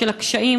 של הקשיים.